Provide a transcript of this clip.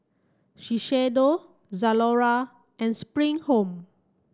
Shiseido Zalora and Spring Home